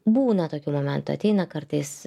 būna tokių momentų ateina kartais